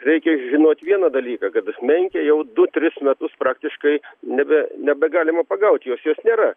reikia žinot vieną dalyką kad menkė jau du tris metus praktiškai nebe nebegalima pagaut jos jos nėra